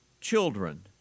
children